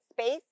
space